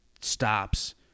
stops